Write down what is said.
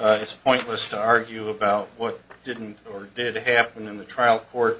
it's pointless to argue about what didn't or did happen in the trial court